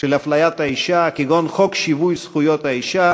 של אפליית האישה, כגון חוק שיווי זכויות האישה